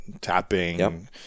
tapping